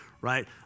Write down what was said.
Right